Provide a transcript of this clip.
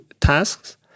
tasks